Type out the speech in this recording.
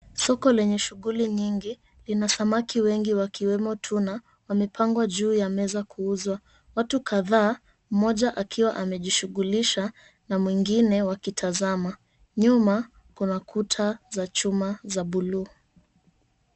Soko lenye shughuli nyingi, lina samaki wengi wakiwemo tuna, wamepangwa juu ya meza kuuzwa. Watu kadhaa mmoja akiwa amejishughulisha na mwingine wakitazama nyuma kuna kuta za chuma za buluu.